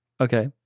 Okay